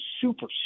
super